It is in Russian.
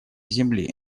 земли